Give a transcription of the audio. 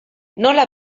nola